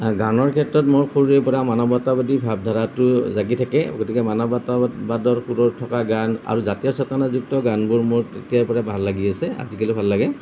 গানৰ ক্ষেত্ৰত মোৰ সৰুৰে পৰা মানৱতাবাদী ভাৱধাৰাটো জাগি থাকে গতিকে মানৱতাবাদৰ সুৰত থকা গান আৰু জাতীয় চেতনাযুক্ত গানবোৰ মোৰ তেতিয়াৰ পৰাই ভাল লাগি আছে আজিকালিও ভাল লাগে